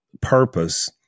purpose